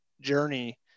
journey